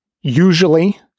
usually